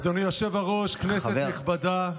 אדוני היושב הראש, כנסת נכבדה,